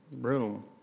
room